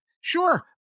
sure